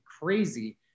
crazy